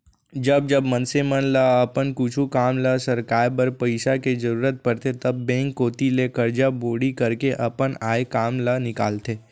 जब जब मनसे मन ल अपन कुछु काम ल सरकाय बर पइसा के जरुरत परथे तब बेंक कोती ले करजा बोड़ी करके अपन आय काम ल निकालथे